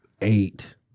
eight